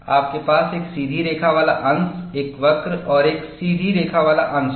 आपके पास एक सीधी रेखा वाला अंश एक वक्र और एक सीधी रेखा वाला अंश होगा